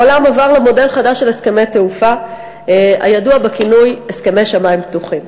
העולם עבר למודל חדש של הסכמי תעופה הידוע בכינוי "הסכמי שמים פתוחים".